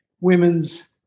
women's